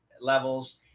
levels